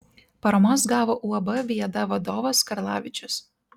paramos gavo uab viada vadovas karlavičius